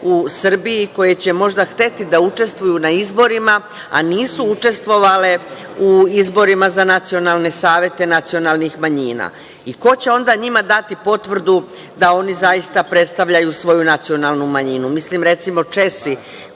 u Srbiji koje će možda hteti da učestvuju na izborima, a nisu učestvovale u izborima za nacionalne savete nacionalnih manjina. Ko će onda njima dati potvrdu da oni zaista predstavljaju svoju nacionalnu manjinu? Recimo, Česi